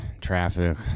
Traffic